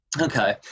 Okay